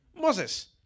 Moses